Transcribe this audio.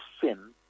sin